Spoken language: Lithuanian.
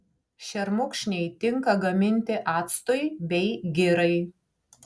šermukšniai tinka gaminti actui bei girai